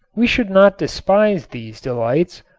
we should not despise these delights,